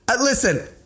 Listen